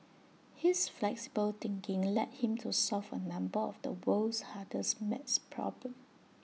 his flexible thinking led him to solve A number of the world's hardest math problems